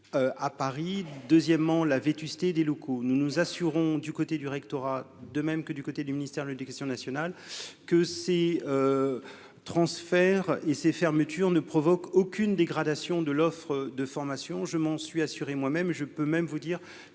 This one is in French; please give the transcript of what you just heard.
à Paris, deuxièmement la vétusté des locaux, nous nous assurons du côté du rectorat, de même que du côté du ministère de l'éducation nationale, que ces transferts et ces fermetures ne provoque aucune dégradation de l'offre de formation, je m'en suis assuré moi même, je peux même vous dire